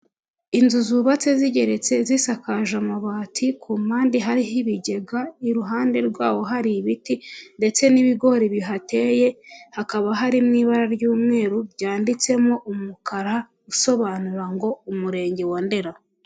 Inzu zubatse zigeretse zisakaje amabati ku mpande hariho ibigega, iruhande rwawo hari ibiti ndetse n'ibigori bihateye, hakaba harimo ibara ry'umweru ryanditsemo umukara usobanura ngo umurenge wa Ndera.